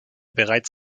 bereits